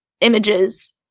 images